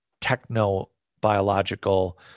techno-biological